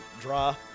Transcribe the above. Draw